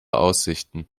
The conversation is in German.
aussichten